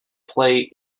play